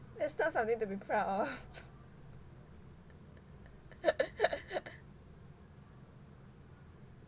that's not something to be proud of